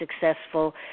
successful